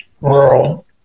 rural